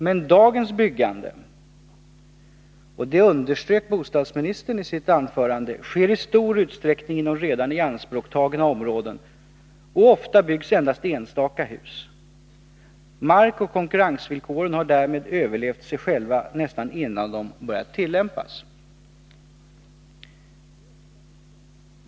Men dagens byggande sker — det underströk bostadsministern i sitt anförande — i stor utsträckning inom redan ianspråktagna områden, och ofta byggs endast enstaka hus. Markoch konkurrensvillkoren har därmed överlevt sig själva nästan innan de har börjat tillämpas.